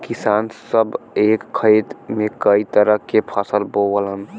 किसान सभ एक खेत में कई तरह के फसल बोवलन